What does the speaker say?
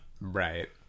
Right